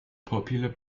popular